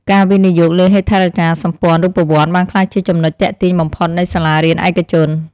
ការវិនិយោគលើហេដ្ឋារចនាសម្ព័ន្ធរូបវន្តបានក្លាយជាចំណុចទាក់ទាញបំផុតនៃសាលារៀនឯកជន។